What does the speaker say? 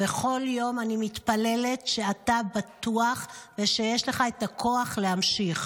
וכל יום אני מתפללת שאתה בטוח ושיש לך את הכוח להמשיך.